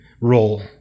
role